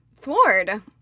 floored